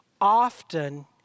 often